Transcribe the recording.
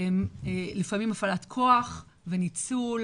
לפעמים של הפעלת כוח, ניצול,